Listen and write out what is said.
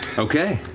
okay.